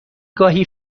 گاهی